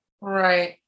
Right